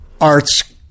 arts